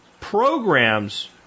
programs